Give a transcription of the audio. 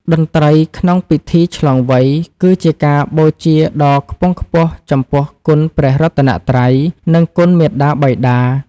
តន្ត្រីក្នុងពិធីឆ្លងវ័យ គឺជាការបូជាដ៏ខ្ពង់ខ្ពស់ចំពោះគុណព្រះរតនត្រ័យ និងគុណមាតាបិតា។